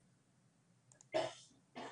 סליחה,